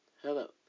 Hello